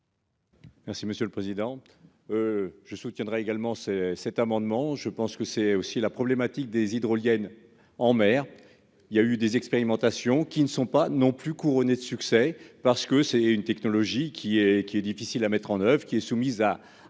Merci monsieur le président je soutiendrai également c'est cet amendement, je pense que c'est aussi la problématique des hydroliennes en mer il y a eu des expérimentations qui ne sont pas non plus couronnée de succès, parce que c'est une technologie qui est qui est difficile à mettre en oeuvre, qui est soumise à à à rude